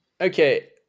Okay